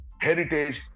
heritage